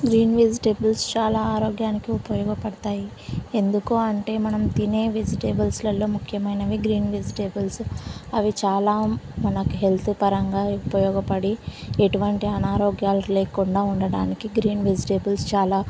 green vegetables చాలా ఆరోగ్యానికి ఉపయోగపడతాయి ఎందుకు అంటే మనం తినే వెజిటేబుల్స్లలో ముఖ్యమైనవి వెజిటేబుల్స్ అవి చాలా మనకు హెల్త్ పరంగా ఉపయోగపడి ఎటువంటి అనారోగ్యాలు లేకుండా ఉండడానికి గ్రీన్ వెజిటేబుల్స్ చాలా